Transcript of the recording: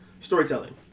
Storytelling